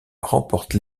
remporte